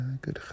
good